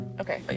okay